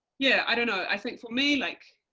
yeah i don't know, i think for me like